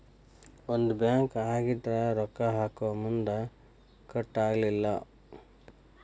ಒಂದ ಬ್ಯಾಂಕ್ ಆಗಿದ್ರ ರೊಕ್ಕಾ ಹಾಕೊಮುನ್ದಾ ಕಟ್ ಆಗಂಗಿಲ್ಲಾ